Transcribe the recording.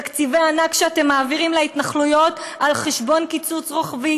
תקציבי הענק שאתם מעבירים להתנחלויות על חשבון קיצוץ רוחבי,